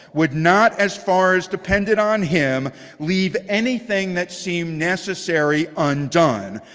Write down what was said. would not as far as dependent on him leave anything that seemed necessary undone.